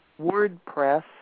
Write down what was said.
WordPress